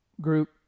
group